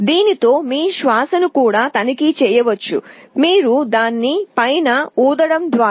ఇది మీ శ్వాసను కూడా తనిఖీ చేస్తుంది మీరు దాని పైన ఊదడం ద్వారా